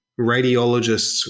radiologists